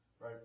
Right